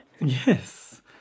Yes